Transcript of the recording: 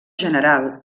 general